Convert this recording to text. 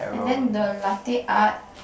and then the latte art